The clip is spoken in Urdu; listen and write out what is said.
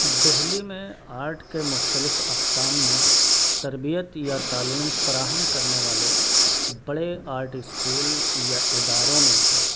دہلی میں آرٹ کے مختلف اقسام میں تربیت یا تعلیم فراہم کرنے والے بڑے آرٹ اسکول یا اداروں میں سے